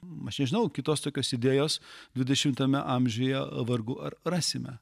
aš nežinau kitos tokios idėjos dvidešimtame amžiuje vargu ar rasime